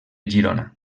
girona